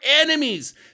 enemies